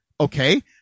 Okay